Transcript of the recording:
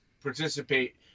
participate